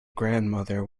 grandmother